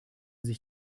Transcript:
sich